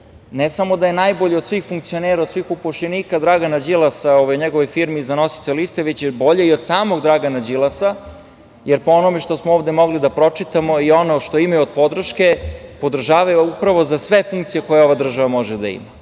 ne samo da je najbolje od svih funkcionera, od svih upošljenika Dragana Đilasa, u ovoj njegovoj firmi za nosioca liste, već je bolja i od samog Dragana Đilasa, jer po onome što smo ovde mogli da pročitamo i ono što imaju od podrške, podržavaju upravo za sve funkcije koje ova država može da ima,